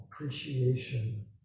appreciation